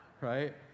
right